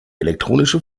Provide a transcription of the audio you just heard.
elektronische